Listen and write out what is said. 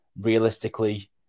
realistically